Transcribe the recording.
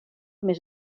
més